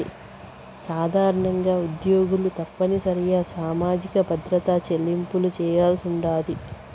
సాధారణంగా ఉద్యోగులు తప్పనిసరిగా సామాజిక భద్రత చెల్లింపులు చేయాల్సుండాది